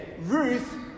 Ruth